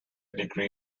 degree